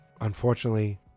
unfortunately